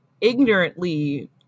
ignorantly